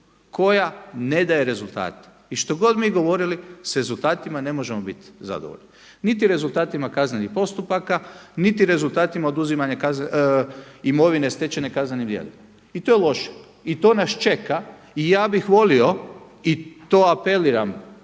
koja ne daje rezultate. I što god mi govorili s rezultatima ne možemo biti zadovoljni. Niti rezultatima kaznenih postupaka, niti rezultatima oduzimanja imovine stečene kaznenim djelima. I to je loše. I to nas čeka. I ja bih volio i to apeliram